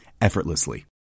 effortlessly